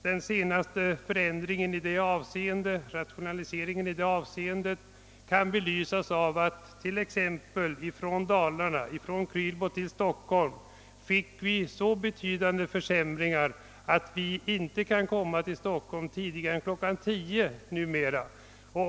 ..Den senaste förändringen i rationaliseringsavseende kan belysas av att förbindelserna från Dalarna till Stockholm har försämrats i så betydande grad, att vi inte kan komma till Stockholm tidigare än klockan 10.